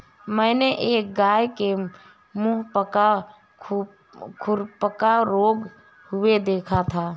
मैंने एक गाय के मुहपका खुरपका रोग हुए देखा था